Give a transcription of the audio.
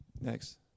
Next